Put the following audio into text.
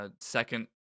Second